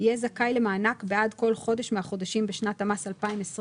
יהיה זכאי למענק בעד כל חודש מהחודשים בשנת המס 2022